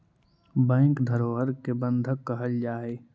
bank धरोहर के बंधक कहल जा हइ